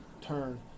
turn